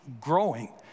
growing